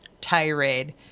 tirade